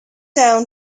down